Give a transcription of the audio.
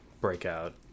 breakout